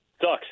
Sucks